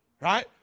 Right